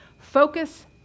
Focus